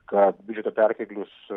kad biudžeto perteklius